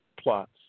plots